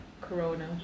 Corona